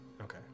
Okay